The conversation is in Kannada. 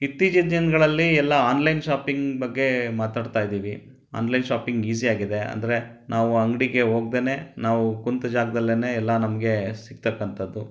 ಇತ್ತೀಚಿನ ದಿನಗಳಲ್ಲಿ ಎಲ್ಲ ಆನ್ಲೈನ್ ಶಾಪಿಂಗ್ ಬಗ್ಗೆ ಮಾತಾಡ್ತಾಯಿದ್ದೀವಿ ಆನ್ಲೈನ್ ಶಾಪಿಂಗ್ ಈಸಿ ಆಗಿದೆ ಅಂದರೆ ನಾವು ಅಂಗಡಿಗೆ ಹೋಗ್ದೇನೆ ನಾವು ಕುಂತ ಜಾಗದಲ್ಲೇನೇ ಎಲ್ಲ ನಮಗೆ ಸಿಕ್ತಕ್ಕಂಥದ್ದು